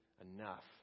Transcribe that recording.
enough